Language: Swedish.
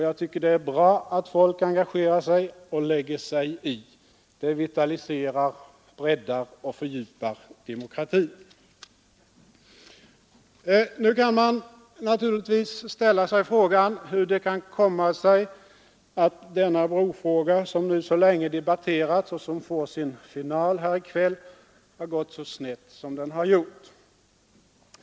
Jag tycker det är bra att folk engagerar sig och lägger sig i. Det vitaliserar, breddar och fördjupar demokratin. Nu kan man naturligtvis ställa sig frågan hur det kan komma sig att denna brofråga som så länge debatterats och som får sin final här i kväll har gått så snett som den har gjort.